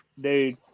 dude